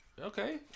Okay